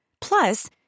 Plus